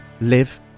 live